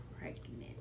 pregnant